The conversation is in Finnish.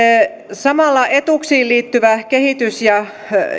samalla etuuksiin liittyvä kehitys ja